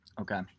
Okay